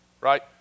right